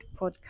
podcast